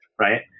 Right